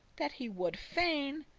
that he woulde fain,